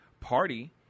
party